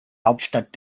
hauptstadt